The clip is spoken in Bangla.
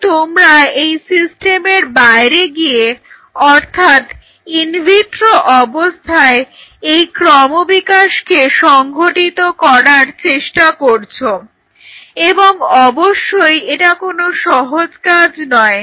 এখন তোমরা এই সিস্টেমের বাইরে গিয়ে অর্থাৎ ইনভিট্রো অবস্থায় এই ক্রমবিকাশকে সংঘটিত করার চেষ্টা করছ এবং অবশ্যই এটা কোনো সহজ কাজ নয়